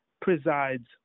presides